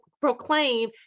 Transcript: proclaim